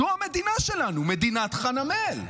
זו המדינה שלנו, מדינת חנמאל.